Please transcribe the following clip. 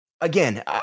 again